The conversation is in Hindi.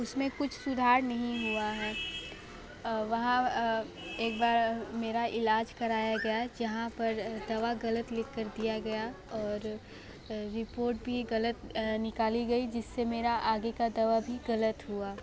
उसमें कुछ सुधार नहीं हुआ है वहाँ एक बार मेरा इलाज कराया गया जहाँ पर दवा गलत लिख कर दिया गया और रिपोर्ट भी गलत निकाली गई जिससे मेरा आगे का दवा भी गलत हुआ